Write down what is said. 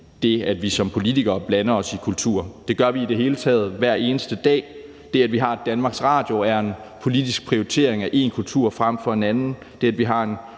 det, at vi som politikere blander os i kultur. Kl. 14:15 Det gør vi i det hele taget hver eneste dag: Det, at vi har Danmarks Radio, er en politisk prioritering af en kultur frem for en anden;